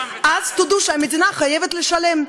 אז תודו שהמדינה חייבת לשלם.